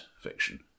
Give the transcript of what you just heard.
fiction